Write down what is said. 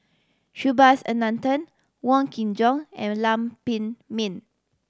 Subhas Anandan Wong Kin Jong and Lam Pin Min